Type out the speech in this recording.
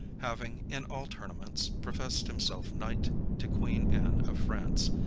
having, in all tournaments, professed himself knight to queen anne of france,